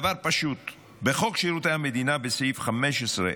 דבר פשוט: בחוק שירות המדינה, בסעיף 15א,